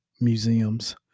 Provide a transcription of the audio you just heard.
museums